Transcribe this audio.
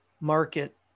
market